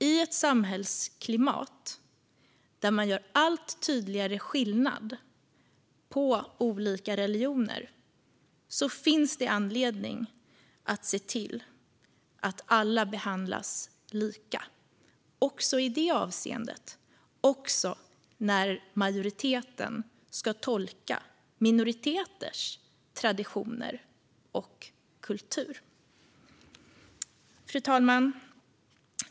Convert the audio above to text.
I ett samhällsklimat där man gör allt tydligare skillnad mellan olika religioner finns det anledning att se till att alla behandlas lika även i det avseendet - också när majoriteten ska tolka minoriteters traditioner och kultur. Fru talman!